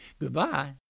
Goodbye